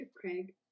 Craig